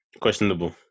Questionable